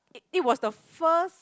it was the first